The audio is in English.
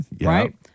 right